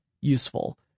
useful